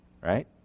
right